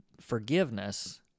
forgiveness